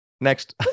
next